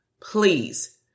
please